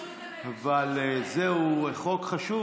אבל זהו חוק חשוב.